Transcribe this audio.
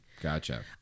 Gotcha